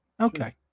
Okay